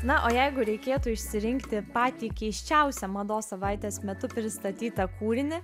na o jeigu reikėtų išsirinkti patį keisčiausią mados savaitės metu pristatytą kūrinį